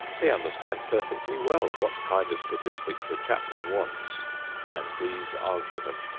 they understand perfectly well what kind of statistics the chaplain wants and these are given.